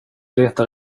letar